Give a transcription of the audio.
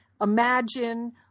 imagine